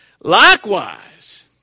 Likewise